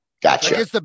Gotcha